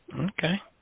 Okay